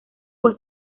fue